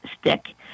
stick